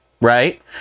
right